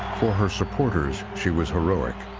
for her supporters, she was heroic.